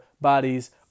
bodies